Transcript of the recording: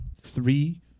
three